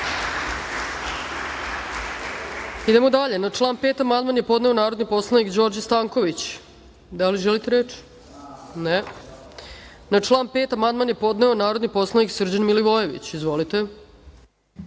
Brnabić** Na član 5. amandman je podneo narodni poslanik Đorđe Stanković. Da li želite reč? Ne. Na član 5. amandman je podneo narodni poslanik Srđan Milivojević. Izvolite.